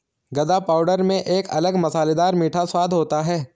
गदा पाउडर में एक अलग मसालेदार मीठा स्वाद होता है